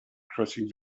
crossing